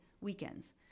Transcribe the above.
weekends